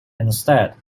instead